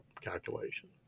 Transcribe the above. calculation